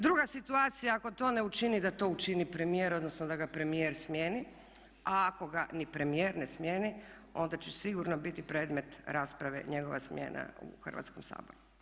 Druga situacija ako to ne učini da to učini premijer odnosno da ga premijer smijeni, a ako ga ni primjer ne smijeni onda će sigurno biti predmet rasprave njegova smjena u Hrvatskom saboru.